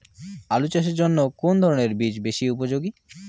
আলু চাষের জন্য কোন ধরণের বীজ বেশি উপযোগী?